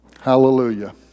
Hallelujah